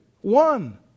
One